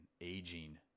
aging